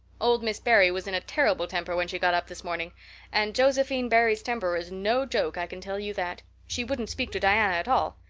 old miss barry was in a terrible temper when she got up this morning and josephine barry's temper is no joke, i can tell you that. she wouldn't speak to diana at all.